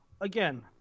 again